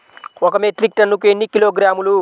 ఒక మెట్రిక్ టన్నుకు ఎన్ని కిలోగ్రాములు?